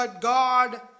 God